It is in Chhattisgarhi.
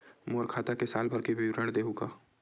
मोर खाता के साल भर के विवरण देहू का?